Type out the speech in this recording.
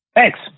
Thanks